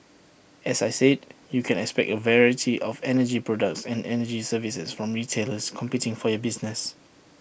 as I said you can expect A variety of energy products and energy services from retailers competing for your business